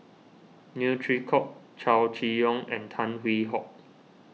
Neo Chwee Kok Chow Chee Yong and Tan Hwee Hock